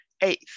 Eighth